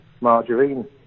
margarine